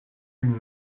une